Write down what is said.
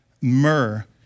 Myrrh